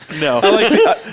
No